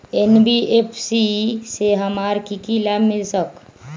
NBFC से हमार की की लाभ मिल सक?